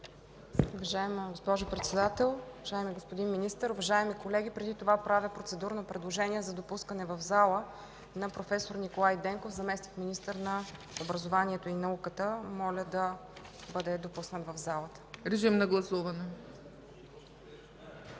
Режим на гласуване.